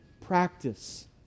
practice